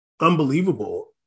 unbelievable